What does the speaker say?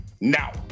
now